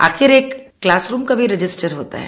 आखिर एक classroom का भी रजिस्टर होता है